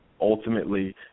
ultimately